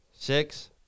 Six